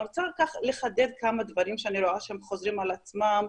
רוצה לחדד כמה דברים שאני רואה שהם חוזרים על עצמם.